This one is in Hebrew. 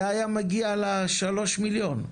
זה היה מגיע ל-3 מיליון,